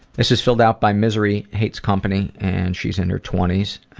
this is filled out by misery hates company and she's in her twenties.